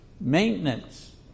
maintenance